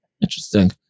Interesting